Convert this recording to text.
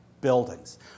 buildings